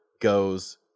goes